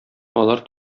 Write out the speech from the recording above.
алар